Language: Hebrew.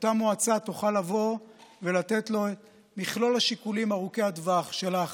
אותה מועצה תוכל לבוא ולתת לו את מכלול השיקולים ארוכי הטווח של ההחלטה.